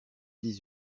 dix